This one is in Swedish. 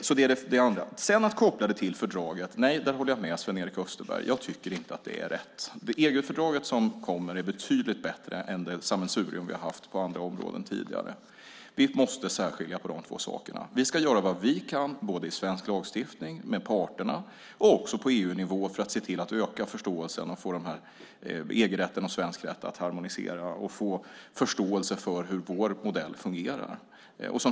När det gäller att koppla det till fördraget håller jag med Sven-Erik Österberg. Jag tycker inte att det är rätt. Det EG-fördrag som kommer är betydligt bättre än det sammelsurium vi tidigare haft på andra områden. Vi måste särskilja de två sakerna. Vi ska göra vad vi kan med svensk lagstiftning, med parterna och också på EU-nivå för att öka förståelsen, att få EG-rätten och svensk rätt att harmonisera och få förståelse för hur vår modell fungerar.